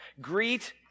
Greet